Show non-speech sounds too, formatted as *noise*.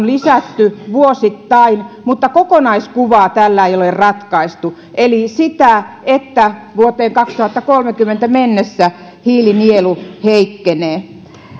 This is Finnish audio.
*unintelligible* lisätty vuosittain mutta kokonaiskuvaa tällä ei ole ratkaistu eli sitä että vuoteen kaksituhattakolmekymmentä mennessä hiilinielu heikkenee